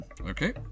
Okay